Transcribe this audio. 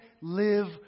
live